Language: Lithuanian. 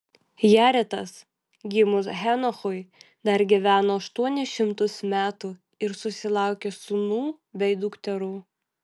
jaretas gimus henochui dar gyveno aštuonis šimtus metų ir susilaukė sūnų bei dukterų